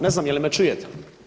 Ne znam je li me čujete?